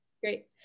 great